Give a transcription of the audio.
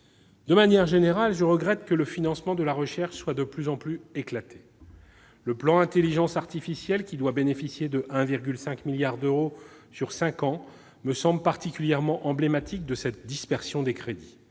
De manière générale, je regrette que le financement de la recherche soit de plus en plus éclaté. Le plan Intelligence artificielle, qui doit bénéficier de 1,5 milliard d'euros sur cinq ans, me semble particulièrement emblématique de cette dispersion des crédits.